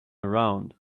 around